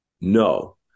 no